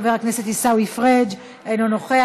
חבר הכנסת עיסאווי פריג' אינו נוכח,